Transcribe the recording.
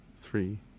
three